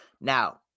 Now